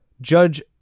Judge